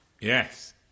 Yes